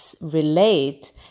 relate